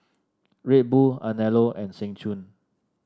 Red Bull Anello and Seng Choon